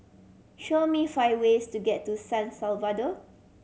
show me five ways to get to San Salvador